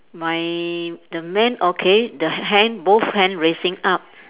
my the man okay the h~ hand both hand raising up